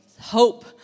hope